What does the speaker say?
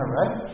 right